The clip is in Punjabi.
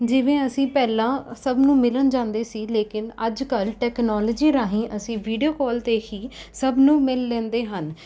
ਜਿਵੇਂ ਅਸੀਂ ਪਹਿਲਾਂ ਸਭ ਨੂੰ ਮਿਲਣ ਜਾਂਦੇ ਸੀ ਲੇਕਿਨ ਅੱਜ ਕੱਲ੍ਹ ਟੈਕਨੋਲੋਜੀ ਰਾਹੀਂ ਅਸੀਂ ਵੀਡੀਓ ਕਾਲ 'ਤੇ ਹੀ ਸਭ ਨੂੰ ਮਿਲ ਲੈਂਦੇ ਹਨ